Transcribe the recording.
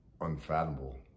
unfathomable